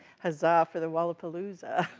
huzzah for the walpolapalooza.